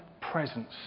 presence